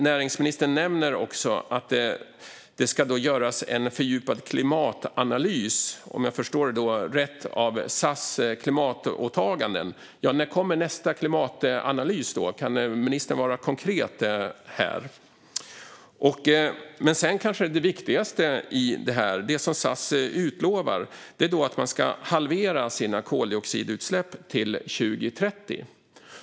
Näringsministern nämnde också att det ska göras en fördjupad klimatanalys, om jag förstod det rätt, av SAS klimatåtaganden. När kommer nästa klimatanalys? Kan ministern vara konkret här? Det kanske viktigaste i detta - det som SAS utlovar - är att man ska halvera sina koldioxidutsläpp till 2030.